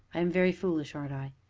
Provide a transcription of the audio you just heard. i am very foolish, aren't i?